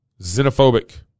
xenophobic